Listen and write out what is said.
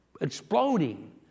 exploding